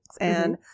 and-